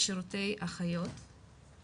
ושירותי אחיות.